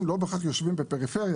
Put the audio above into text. הם לא בהכרח יושבים בפריפריה,